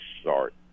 start